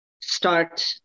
Start